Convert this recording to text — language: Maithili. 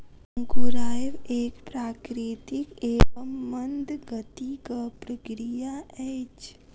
अंकुरायब एक प्राकृतिक एवं मंद गतिक प्रक्रिया अछि